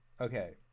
Okay